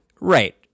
Right